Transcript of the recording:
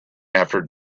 after